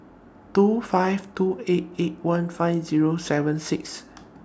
two five two eight eight one five Zero seven six